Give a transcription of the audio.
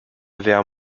vers